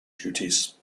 duties